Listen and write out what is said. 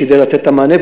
כדאי לתת את המענה,